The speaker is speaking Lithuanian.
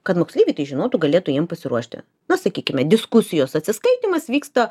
kad moksleiviai tai žinotų galėtų jiem pasiruošti na sakykime diskusijos atsiskaitymas vyksta